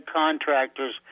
contractors